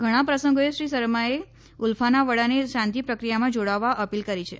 ઘણાં પ્રસંગોએ શ્રી સરમાએ ઉલ્ફાના વડાને શાંતિ પ્રક્રિયામાં જોડાવા અપીલ કરી છે